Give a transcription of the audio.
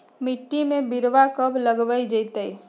मिट्टी में बिरवा कब लगवल जयतई?